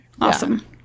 Awesome